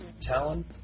Talon